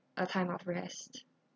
a time of rest